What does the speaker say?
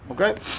okay